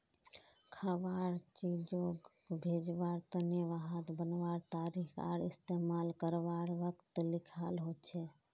खवार चीजोग भेज्वार तने वहात बनवार तारीख आर इस्तेमाल कारवार वक़्त लिखाल होचे